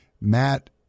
Matt